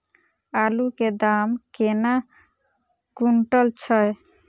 आलु केँ दाम केना कुनटल छैय?